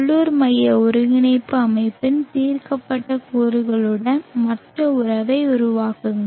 உள்ளூர் மைய ஒருங்கிணைப்பு அமைப்பின் தீர்க்கப்பட்ட கூறுகளுடன் மற்றும் உறவை உருவாக்குங்கள்